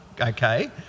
Okay